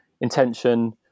Intention